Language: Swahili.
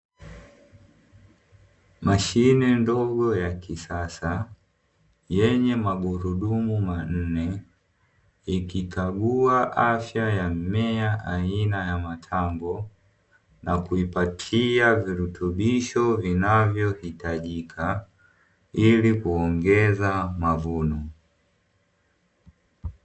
Mashine ndogo ya kisasa yenye magurudumu manne ikikagua afya ya mmea aina ya matango, na kuiptia virutubisho vinavyohitajika ili kuongeza mavuno.